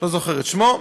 לא זוכר את שמו,